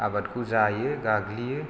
आबादखौ जायो गाग्लियो